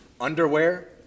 underwear